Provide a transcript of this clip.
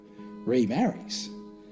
remarries